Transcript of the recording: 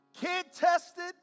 kid-tested